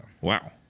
Wow